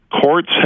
courts